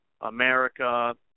America